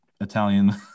Italian